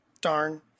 Darn